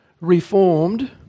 reformed